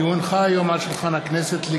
כי הונחה היום על שולחן הכנסת,